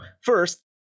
First